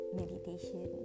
meditation